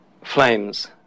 flames